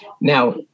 Now